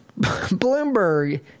bloomberg